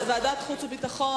שאר המציעים, ועדת החוץ והביטחון.